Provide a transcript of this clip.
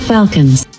Falcons